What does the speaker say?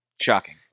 Shocking